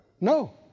No